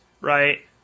right